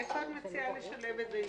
איפה את מציעה לשלב את זה?